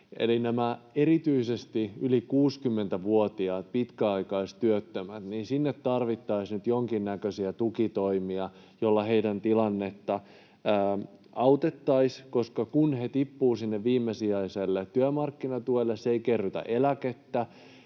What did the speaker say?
Eli erityisesti yli 60-vuotiaille pitkäaikaistyöttömille tarvittaisiin nyt jonkinnäköisiä tukitoimia, joilla heidän tilannettaan autettaisiin, koska kun he tippuvat sinne viimesijaiselle työmarkkinatuelle, se ei kerrytä eläkettä.